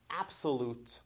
absolute